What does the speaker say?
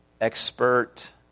expert